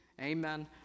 Amen